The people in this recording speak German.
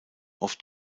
oft